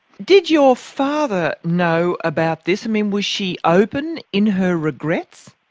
did your father know about this? i mean, was she open in her regrets?